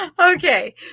Okay